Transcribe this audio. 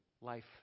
life